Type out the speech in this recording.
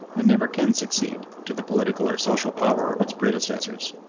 and never can succeed, to the political or social power of its predecessors,